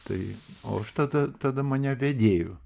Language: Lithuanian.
tai o aš tada tada mane vedėju